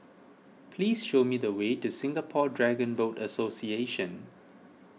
please show me the way to Singapore Dragon Boat Association